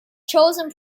chosen